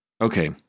Okay